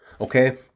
okay